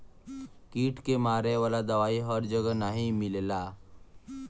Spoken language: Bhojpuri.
कीट के मारे वाला दवाई हर जगह नाही मिलला